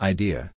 Idea